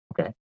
Okay